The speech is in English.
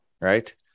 right